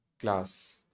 class